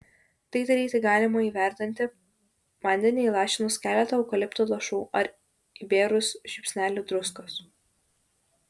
tai daryti galima į verdantį vandenį įlašinus keletą eukalipto lašų ar įbėrus žiupsnelį druskos